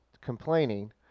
complaining